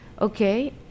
okay